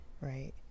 Right